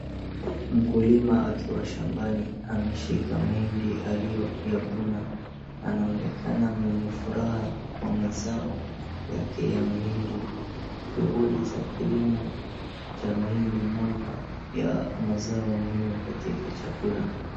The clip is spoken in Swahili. Mkulima akiwa shambani, ameshika mahindi aliyoyavuna. Anaonekana mwenye furaha kwa mazao yake ya mahindi. Shughuli za kilimo cha mahindi moja ya mazao muhimu katika chakula.